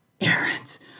errands